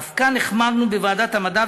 אף כאן החמרנו בוועדת המדע,